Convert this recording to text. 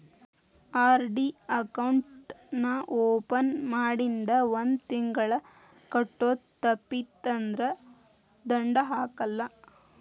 RD account ನಾ open ಮಾಡಿಂದ ಒಂದ್ ತಿಂಗಳ ಕಟ್ಟೋದು ತಪ್ಪಿತಂದ್ರ ದಂಡಾ ಹಾಕಲ್ಲ